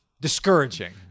discouraging